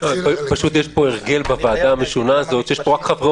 יש הרגל בוועדה המשונה הזאת שיש פה רק חברי